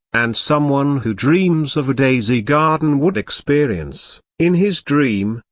and someone who dreams of a daisy garden would experience, in his dream,